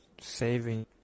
saving